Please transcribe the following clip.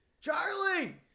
charlie